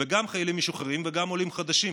גם חיילים משוחררים וגם עולים חדשים.